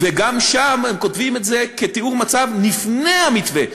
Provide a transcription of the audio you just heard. וגם שם הם כותבים את זה כתיאור מצב לפני המתווה,